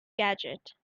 gadget